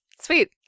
sweet